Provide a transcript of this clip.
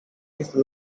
these